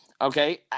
okay